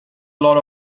lot